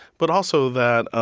but also that